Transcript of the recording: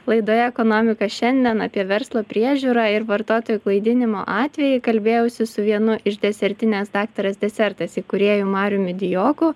laidoje ekonomika šiandien apie verslo priežiūrą ir vartotojų klaidinimo atvejį kalbėjausi su vienu iš desertinės daktaras desertais įkūrėju mariumi dijoku